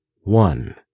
one